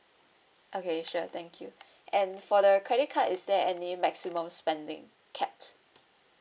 okay sure thank you and for the credit card is there any maximum spending capped